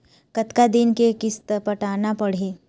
कतका दिन के किस्त पटाना पड़ही?